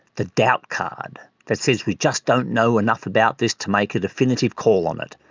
the doubt card that says we just don't know enough about this to make a definitive call on it,